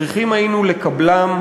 צריכים היינו לקבלם,